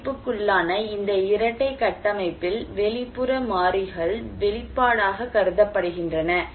பாதிப்புக்குள்ளான இந்த இரட்டை கட்டமைப்பில் வெளிப்புற மாறிகள் வெளிப்பாடாகக் கருதப்படுகின்றன